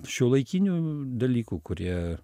šiuolaikinių dalykų kurie